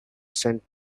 sent